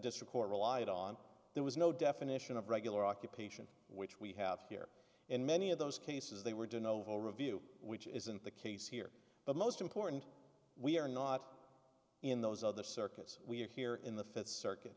district court relied on there was no definition of regular occupation which we have here in many of those cases they were doing overall review which isn't the case here but most important we are not in those other circuits we are here in the fifth circuit